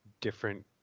different